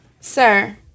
sir